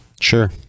Sure